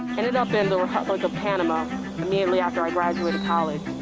and and up in the republic of panama immediately after i graduated college,